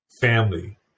family